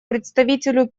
представителю